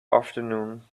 afternoon